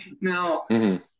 Now